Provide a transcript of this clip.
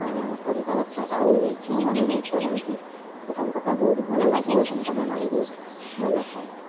କରିବା ଦରକାର ଆଉ ଯେଉଁମାନେ ବି କରନ୍ତି ସେ ତାଙ୍କ ପାଇଁ ବହୁତ ଭଲ ଲାଗେ ଓ ତାଙ୍କ ମନ ବି ବହୁତ ଭଲ ଥାଏ